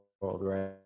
right